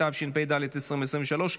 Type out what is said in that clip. התשפ"ד 2023,